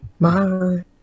Bye